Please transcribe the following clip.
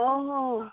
অঁ হ